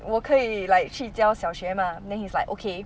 我可以 like 去教小学 mah then he's like okay